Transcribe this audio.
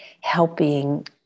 helping